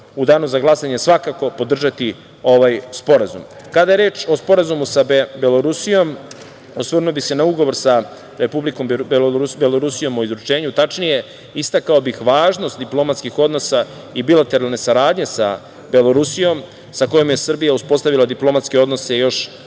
u danu za glasanje svakako podržati ovaj sporazum. Kada je reč o Sporazumu sa Belorusijom, osvrnuo bih se na Ugovor sa Republikom Belorusijom o izručenju, tačnije, istakao bih važnost diplomatskih odnosa i bilateralne saradnje sa Belorusijom, sa kojom je Srbija uspostavila diplomatske odnose još